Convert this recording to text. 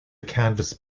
canvas